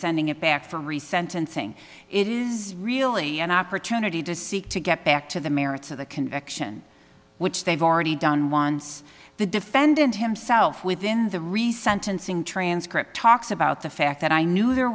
sentencing it is really an opportunity to seek to get back to the merits of the conviction which they've already done once the defendant himself within the recent unsing transcript talks about the fact that i knew there